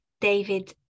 David